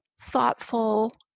thoughtful